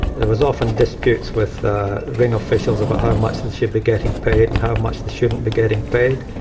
there was often disputes with ring officials but how much they should be getting paid and how much they shouldn't be getting paid.